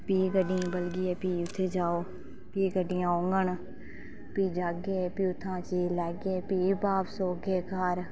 फिह् गड्डियै गी बलग फ्ही उत्थै जाो फिह् गड्डियां औङन फ्ही जाह्गे फिह् उत्थुआं चीज लेगे फिह् बापस ओगे घर